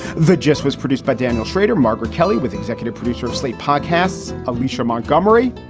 the gist was produced by daniel shrader, margaret kelly with executive producer of slate podcasts, alicia montgomery.